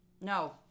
No